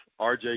RJ